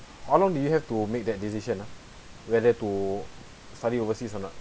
how long did you have to make that decision ah whether to study overseas or not